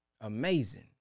Amazing